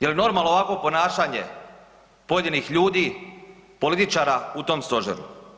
Je li normalno ovakvo ponašanje pojedinih ljudi, političara u tom Stožeru?